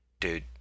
dude